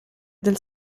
del